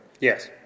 yes